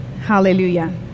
Hallelujah